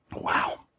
Wow